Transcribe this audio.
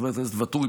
חבר הכנסת ואטורי,